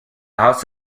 house